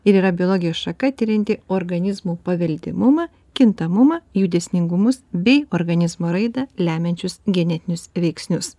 ir yra biologijos šaka tirianti organizmų paveldimumą kintamumą jų dėsningumus bei organizmo raidą lemiančius genetinius veiksnius